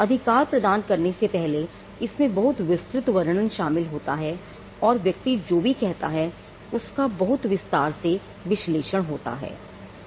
अधिकार प्रदान करने से पहले इसमें बहुत विस्तृत वर्णन शामिल होता है और व्यक्ति जो भी कहता है उसका बहुत विस्तार से विश्लेषण होता है